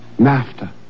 NAFTA